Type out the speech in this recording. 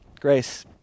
grace